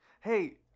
Hey